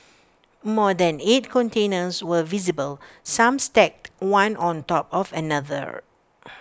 more than eight containers were visible some stacked one on top of another